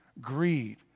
greed